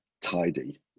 tidy